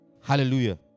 hallelujah